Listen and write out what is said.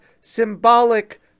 symbolic